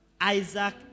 Isaac